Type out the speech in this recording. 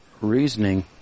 reasoning